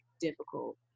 difficult